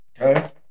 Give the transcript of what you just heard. Okay